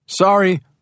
Sorry